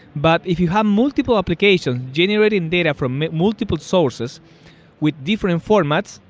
but if you have multiple applications, generating data from multiple sources with different formats,